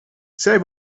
zij